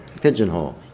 pigeonhole